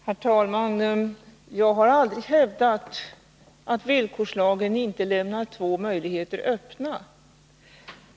Herr talman! Jag har aldrig hävdat att villkorslagen inte lämnar två möjligheter öppna.